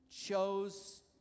chose